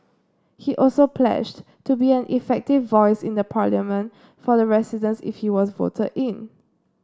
he also pledged to be an effective voice in the Parliament for the residents if he was voted in